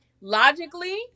Logically